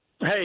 Hey